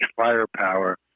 firepower